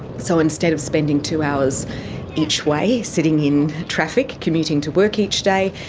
so instead of spending two hours each way sitting in traffic commuting to work each day,